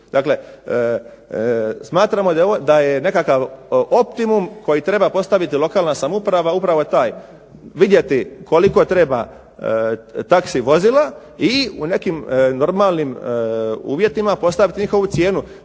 Dakle smatramo da je nekakav optimum koji treba postaviti lokalna samouprava upravo taj vidjeti koliko treba taksi vozila, i u nekim normalnim uvjetima postaviti njihovu cijenu.